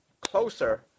closer